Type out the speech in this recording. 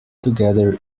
together